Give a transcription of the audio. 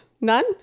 None